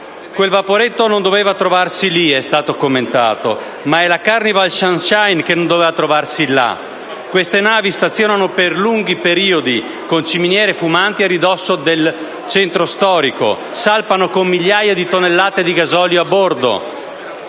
«Quel vaporetto non doveva trovarsi lì» è stato commentato, ma è la "Carnival Sunshine" che non doveva trovarsi là. Queste navi stazionano per lunghi periodi con ciminiere fumanti a ridosso del centro storico; salpano con migliaia di tonnellate di gasolio nei